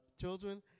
children